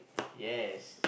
yes